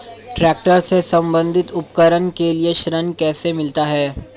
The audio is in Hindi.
ट्रैक्टर से संबंधित उपकरण के लिए ऋण कैसे मिलता है?